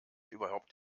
überhaupt